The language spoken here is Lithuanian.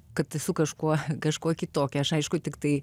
kad esu kažkuo kažkuo kitokia aš aišku tiktai